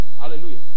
Hallelujah